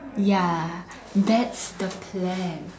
ya that's the plan